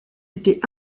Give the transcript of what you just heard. été